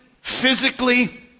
physically